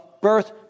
birth